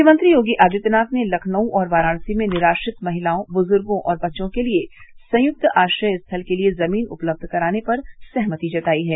मुख्यमंत्री योगी आदित्यनाथ ने लखनऊ और वाराणसी में निराश्रित महिलाओं बुजुर्गो और बच्चों के लिए संयुक्त आश्रय स्थल के लिए जमीन उपलब्ध कराने पर सहमति जताई है